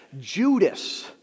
Judas